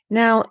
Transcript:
now